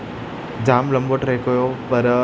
जाम लंबो ट्रैक हुओ पर